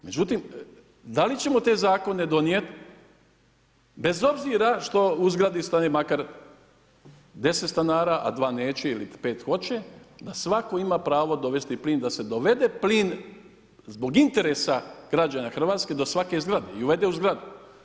Međutim, da li ćemo te zakone donijeti bez obzira što u zgradi stanuje makar 10 stanara a 2 neće ili 5 hoće da svatko ima pravo dovesti plin, da se dovede plin zbog interesa građana Hrvatske do svake zgrade i uvede u zgradu.